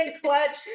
Clutch